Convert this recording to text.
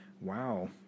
Wow